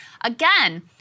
again